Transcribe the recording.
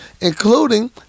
including